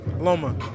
Loma